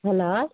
hello